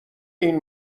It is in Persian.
این